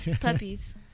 Puppies